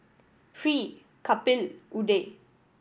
Hri Kapil Udai